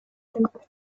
pump